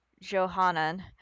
Johanan